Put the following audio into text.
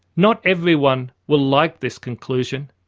not everyone will like this conclusion.